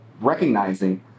recognizing